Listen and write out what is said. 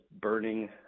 burning